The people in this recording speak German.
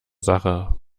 sache